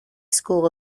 school